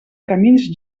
camins